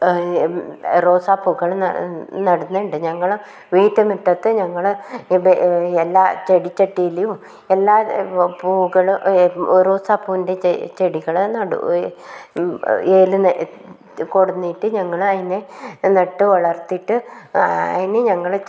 റോസാപ്പൂക്കളും നടുന്നുണ്ട് ഞങ്ങളെ വീട്ടു മുറ്റത്ത് ഞങ്ങൾ എല്ലാ ചെടിച്ചട്ടിയിലെയും എല്ലാ പൂക്കളും റോസാപ്പൂവിൻ്റെ ചെടികൾ നടും ഇതിൽ കൊണ്ടുവന്നിട്ട് ഞങ്ങൾ അതിനെ നട്ടു വളർത്തിയിട്ട് അതിനെ ഞങ്ങൾ